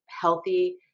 healthy